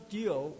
deal